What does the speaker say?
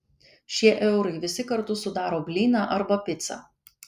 šie eurai visi kartu sudaro blyną arba picą